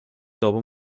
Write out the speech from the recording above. dopo